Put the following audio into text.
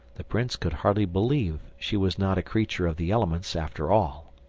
the prince could hardly believe she was not a creature of the elements, after all.